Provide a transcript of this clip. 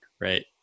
right